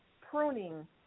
pruning